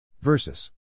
versus